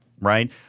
right